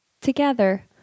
Together